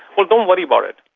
well, don't worry about it,